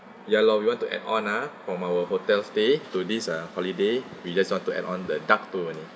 ya loh we want to add on ah from our hotel stay to this uh holiday we just want to add on the duck tour only